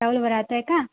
ଚାଉଲ୍ ବରା ତ ଏଟା